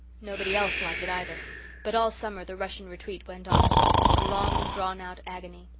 nobody else liked it either but all summer the russian retreat went on a long-drawn-out agony.